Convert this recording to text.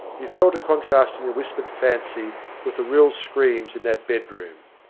he fell to contrasting the whispered fancy with the real screams in that bedroom.